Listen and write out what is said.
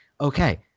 okay